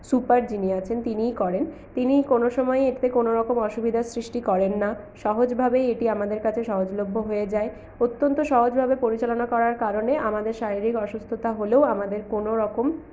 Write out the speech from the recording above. super যিনি আছেন তিনিই করেন তিনি কোনও সময়েই এতে কোনওরকম অসুবিধার সৃষ্টি করেন না সহজভাবেই এটি আমাদের কাছে সহজলভ্য হয়ে যায় অত্যন্ত সহজভাবে পরিচালনা করার কারণে আমাদের শারীরিক অসুস্থতা হলেও আমাদের কোনওরকম